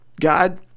God